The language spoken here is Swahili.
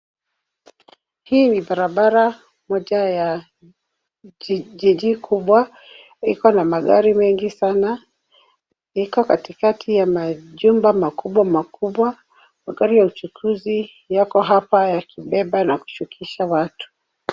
Hii ni barabara moja ya jiji kubwa. Ikona magari mengi sana. Iko katikati ya majumba makubwa makubwa. Magari ya uchukuzi yako hapa yakibeba na kushukisha watu.